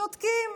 שותקים,